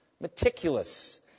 Meticulous